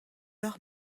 leur